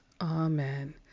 Amen